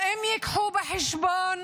האם ייקחו בחשבון